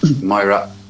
Myra